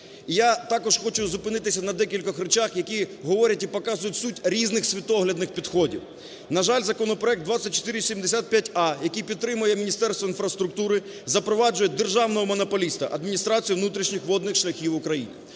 Я також хочу зупинитися на декількох речах, які говорять в показують суть різних світоглядних підходів. На жаль, законопроект 2475а, який підтримує Міністерство інфраструктури, запроваджує державного монополіста – адміністрацію внутрішніх водних шляхів України.